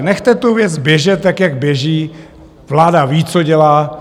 Nechte tu věc běžet tak, jak běží, vláda ví, co dělá.